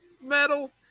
metal